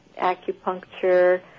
acupuncture